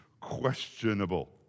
questionable